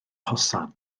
hosan